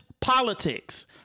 politics